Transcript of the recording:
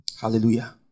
Hallelujah